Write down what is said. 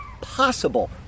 possible